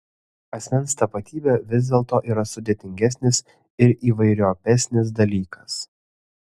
asmens tapatybė vis dėlto yra sudėtingesnis ir įvairiopesnis dalykas